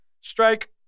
strike